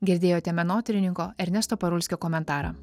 girdėjote menotyrininko ernesto parulskio komentarą